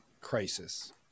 crisis